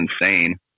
insane